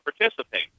participate